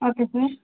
okay sir